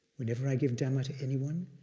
whenever i give dhamma to anyone,